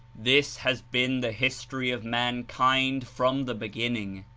this has been the history of mankind from the beginning,